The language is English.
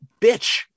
bitch